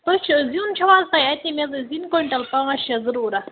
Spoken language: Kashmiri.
تُہۍ چھِو زیُن چھُو حظ تۄہہِ اَتی مےٚ حظ ٲسۍ زِنۍ کویِنٹَل پانٛژھ شےٚ ضروٗرَتھ